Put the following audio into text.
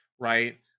right